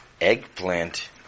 Eggplant